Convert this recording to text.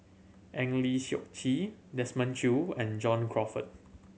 Eng Lee Seok Chee Desmond Choo and John Crawfurd